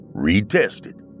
retested